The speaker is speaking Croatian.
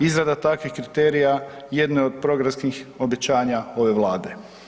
Izrada takvih kriterija jedna je od programskih obećanja ove Vlade.